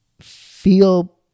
feel